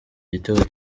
igitego